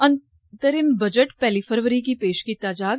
अंतरिम बजट पैहली फरवरी गी पेष किता जाग